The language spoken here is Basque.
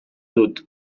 dut